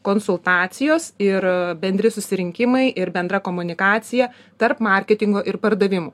konsultacijos ir bendri susirinkimai ir bendra komunikacija tarp marketingo ir pardavimų